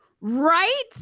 Right